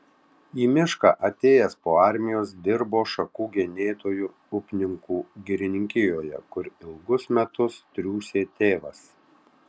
į mišką atėjęs po armijos dirbo šakų genėtoju upninkų girininkijoje kur ilgus metus triūsė tėvas